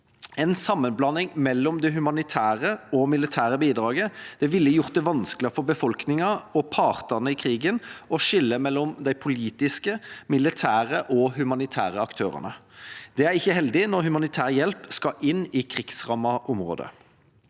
En sammenblanding mellom det humanitære og militære bidraget ville ha gjort det vanskeligere for befolkningen og partene i krigen å skille mellom de politiske, militære og humanitære aktørene. Det er ikke heldig når humanitær hjelp skal inn i krigsrammede områder.